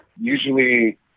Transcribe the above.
Usually